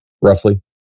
roughly